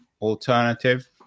alternative